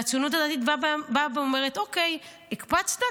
והציונות הדתית באה ואומרת: אוקיי, הקפצת?